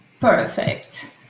Perfect